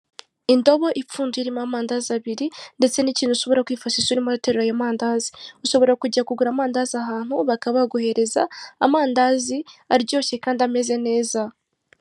Indobo ipfunduye irimo amandazi abiri ndetse n'ikintu ushobora kwifashisha urimo uraterura ayo mandazi, ushobora kujya kugura amandazi ahantu bakaba baguhereza amandazi aryoshye kandi ameza neza.